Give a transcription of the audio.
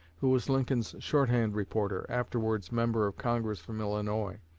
who was lincoln's shorthand reporter, afterwards member of congress from illinois